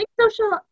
social